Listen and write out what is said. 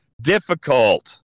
Difficult